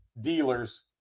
dealers